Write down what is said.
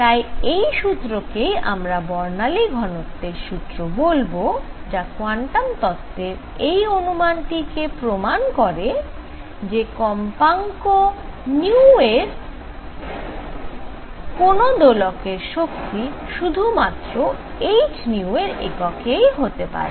তাই এই সূত্র কেই আমরা বর্ণালী ঘনত্বের সূত্র বলব যা কোয়ান্টাম তত্ত্বের এই অনুমান টি প্রমাণ করে যে কম্পাঙ্কের কোন দোলকের শক্তি সুধুমাত্র h এর এককেই হতে পারে